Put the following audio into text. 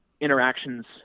interactions